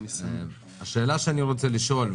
השאלה שאני רוצה לשאול,